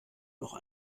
noch